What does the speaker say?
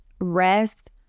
rest